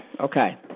Okay